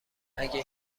اگه